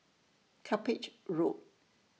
Cuppage Road